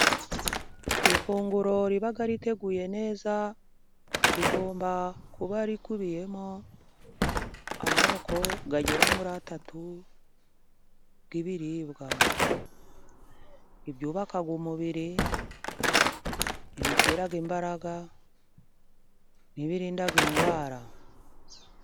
Ifunguro riba riteguye neza, rigomba kuba rikubiyemo amoko agera muri atatu y'ibiribwa. Ibyubaka umubiri, ibitera imbaraga n'ibirinda indwara.